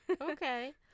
Okay